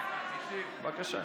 בבקשה.